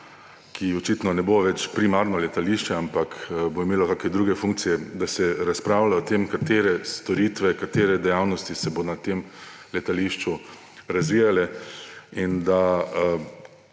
ki očitno ne bo več primarno letališče, ampak bo imelo kakšne druge funkcije, razpravlja o tem, katere storitve, katere dejavnosti se bo na tem letališču razvijale, in da